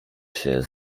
się